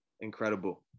incredible